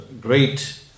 great